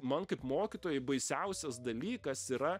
man kaip mokytojui baisiausias dalykas yra